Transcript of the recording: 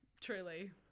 truly